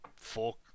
fork